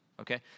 okay